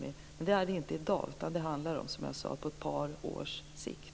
Men det är den inte i dag, utan det handlar om, som jag sade, ett par års sikt.